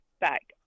back